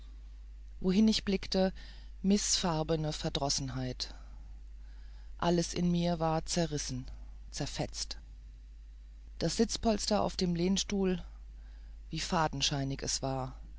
wohin ich blickte mißfarbene verdrossenheit alles in mir war zerrissen zerfetzt das sitzpolster auf dem lehnstuhl wie fadenscheinig es war